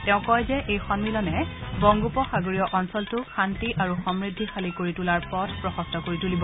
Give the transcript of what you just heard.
তেওঁ কয় যে এই সম্মিলনে বংগোপসাগৰীয় অঞ্চলটোক শান্তি আৰু সমূদ্ধিশালী কৰি তোলাৰ পথ প্ৰশস্ত কৰি তুলিব